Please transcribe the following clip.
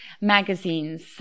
magazines